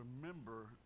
remember